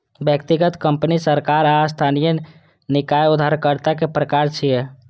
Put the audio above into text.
व्यक्तिगत, कंपनी, सरकार आ स्थानीय निकाय उधारकर्ता के प्रकार छियै